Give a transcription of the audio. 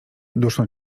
duszno